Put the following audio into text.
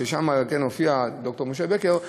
והופיע שם ד"ר משה בקר,